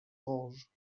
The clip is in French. granges